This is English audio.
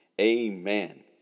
amen